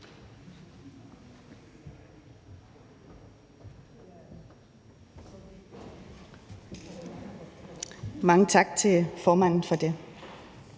Mange tak til formanden for det.